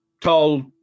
tall